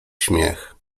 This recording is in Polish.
śmiech